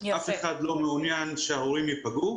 אף אחד לא מעוניין שההורים ייפגעו.